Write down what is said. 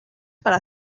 para